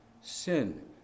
Sin